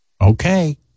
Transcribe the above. okay